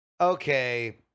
okay